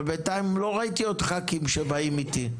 אבל בינתיים לא ראיתי עוד ח"כים שבאים איתי,